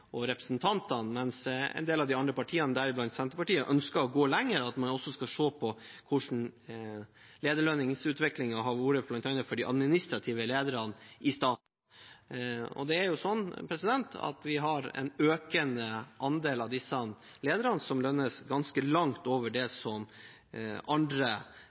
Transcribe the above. og representantene, mens en del av de andre partiene, deriblant Senterpartiet, ønsker å gå lenger, at man også skal se på hvordan lederlønnsutviklingen har vært bl.a. for de administrative lederne i staten. En økende andel av disse lederne lønnes ganske langt over andre,